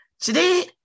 Today